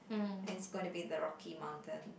and is going to be the Rocky Mountains